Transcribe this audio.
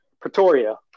Pretoria